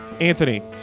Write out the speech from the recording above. Anthony